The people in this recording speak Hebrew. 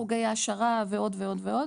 חוגי העשרה ועוד ועוד ועוד.